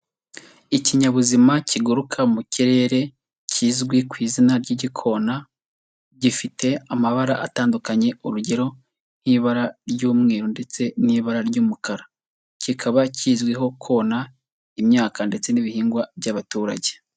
Ikinyabuzima kiguruka mu kirere kizwi ku izina ry'igikona, gifite amabara atandukanye urugero nk'ibara ry'umweru ndetse n'ibara ry'umukara, kikaba kizwiho kona imyaka ndetse n'ibihingwa by'abaturage.